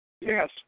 Yes